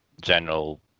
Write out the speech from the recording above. general